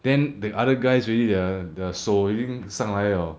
then the other guys really their the 手已经上来了